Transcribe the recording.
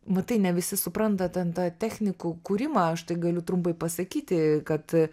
matai ne visi supranta ten tą technikų kūrimą aš tai galiu trumpai pasakyti kad